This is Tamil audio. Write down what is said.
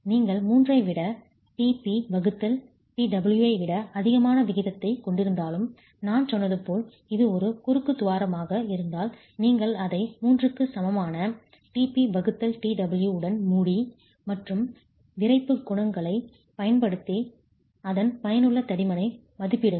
நீங்கள் 3 ஐ விட t p t w ஐ விட அதிகமான விகிதத்தைக் கொண்டிருந்தாலும் நான் சொன்னது போல் இது ஒரு குறுக்கு துவாரமாக இருந்தால் நீங்கள் அதை 3 க்கு சமமான t p t w உடன் மூடி மற்றும் விறைப்பு குணகங்களைப் பயன்படுத்தி அதன் பயனுள்ள தடிமனை மதிப்பிடுங்கள்